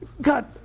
God